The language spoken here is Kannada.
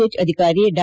ಎಚ್ ಅಧಿಕಾರಿ ಡಾ